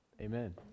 amen